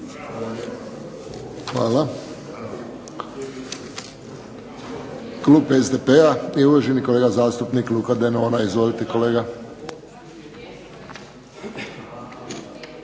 Hvala. Klub SDP-a i uvaženi kolega zastupnik Luka Denona. Izvolite kolega.